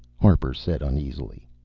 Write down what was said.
harper said uneasily.